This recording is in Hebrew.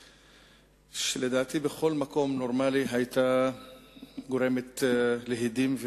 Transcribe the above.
שלדעתי בכל מקום נורמלי היתה גורמת להדים,